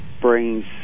brings